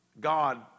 God